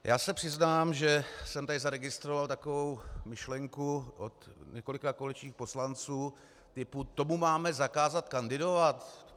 Já se přiznám, že jsem tady zaregistroval takovou myšlenku od několika koaličních poslanců typu: to mu máme zakázat kandidovat?